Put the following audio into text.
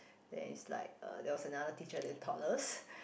there is like there was another teacher who taught us